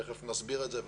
תכף נסביר את זה.